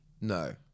No